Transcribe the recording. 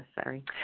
Sorry